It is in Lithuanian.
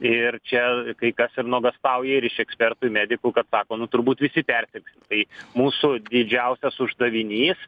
ir čia kai kas ir nuogąstauja ir iš ekspertų medikų kad sako nu turbūt visi persirgsim tai mūsų didžiausias uždavinys